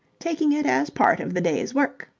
taking it as part of the day's work.